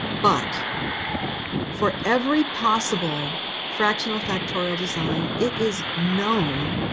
but for every possible fractional factorial design, it is known